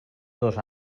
dos